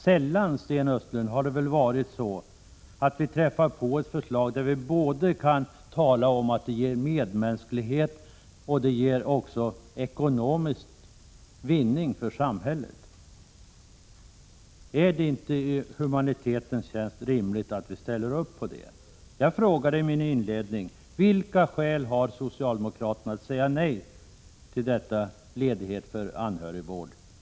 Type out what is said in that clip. Sällan, Sten Östlund, har vi träffat på ett förslag som både ger medmänsklighet och ekonomisk vinning för samhället. Är det inte i humanitetens tjänst rimligt att vi ställer upp på det? Jag frågade i mitt inledningsanförande: Vilka skäl har socialdemokraterna att säga nej till ledighet för anhörigvård?